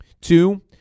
Two